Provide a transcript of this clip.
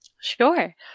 sure